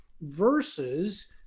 versus